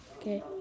Okay